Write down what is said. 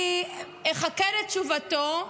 אני אחכה לתשובתו.